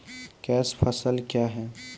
Cash फसल क्या हैं?